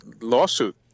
lawsuit